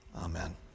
Amen